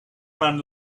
man